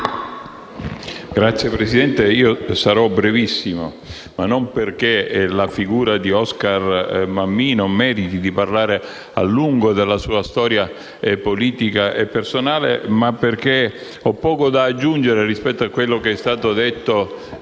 Signor Presidente, sarò brevissimo, non perché la figura di Oscar Mammì non meriti di parlare a lungo della sua storia politica e personale, ma perché ho poco da aggiungere rispetto a quanto è stato detto dai